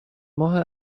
ماه